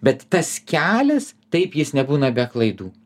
bet tas kelias taip jis nebūna be klaidų